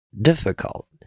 difficult